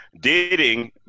dating